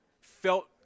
felt –